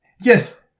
Yes